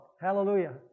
hallelujah